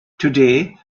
today